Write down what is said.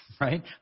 right